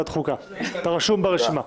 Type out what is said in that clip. אני חושב